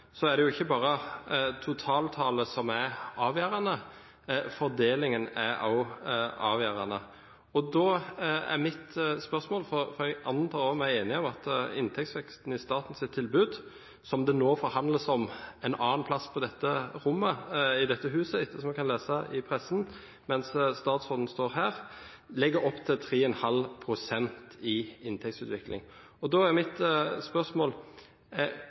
er det ikke bare totaltallet som er avgjørende, fordelingen er også avgjørende. Da er mitt spørsmål, for jeg antar vi også er enige om at inntektsveksten i statens tilbud – som det nå forhandles om et annet sted i dette huset, ettersom vi kan lese i pressen, mens statsråden står her – legger opp til 3,5 pst. i inntektsutvikling: